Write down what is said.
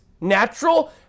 natural